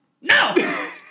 No